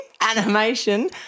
animation